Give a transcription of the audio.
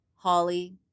Holly